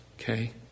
Okay